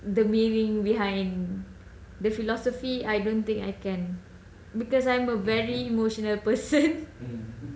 the meaning behind the philosophy I don't think I can because I'm a very emotional person